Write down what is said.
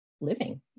living